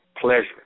pleasure